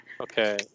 Okay